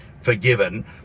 forgiven